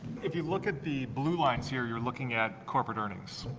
if you look at the blue lines here, you are looking at corporate earnings.